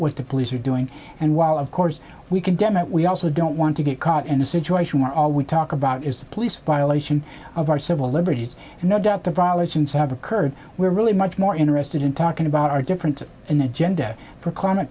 what the police are doing and while of course we condemn it we also don't want to get caught in a situation where all we talk about is the police violation of our civil liberties and no doubt the violations have occurred we're really much more interested in talking about our different an agenda for climate